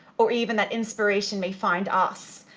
or even that inspiration may find us.